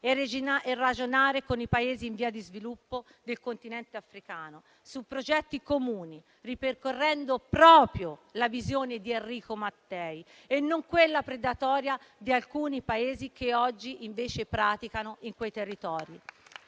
e ragionare con i Paesi in via di sviluppo del Continente africano su progetti comuni, ripercorrendo proprio la visione di Enrico Mattei e non quella predatoria di alcuni Paesi che oggi invece praticano in quei territori.